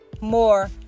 more